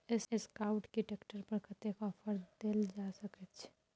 Escort के tractor पर कतेक ऑफर दैल जा सकेत छै?